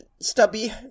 Stubby